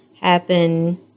happen